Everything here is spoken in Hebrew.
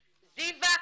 זיוה,